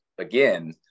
again